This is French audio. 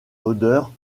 odeur